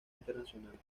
internacional